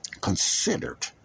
considered